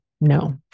no